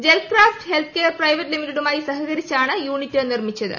gel craft health care private ലിമിറ്റഡുമായി സഹകരിച്ചാണ് unit നിർമ്മിച്ചത്